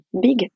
big